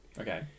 Okay